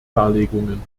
darlegungen